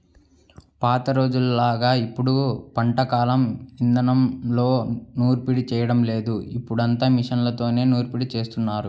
పాత రోజుల్లోలాగా ఇప్పుడు పంట కల్లం ఇదానంలో నూర్పిడి చేయడం లేదు, ఇప్పుడంతా మిషన్లతోనే నూర్పిడి జేత్తన్నారు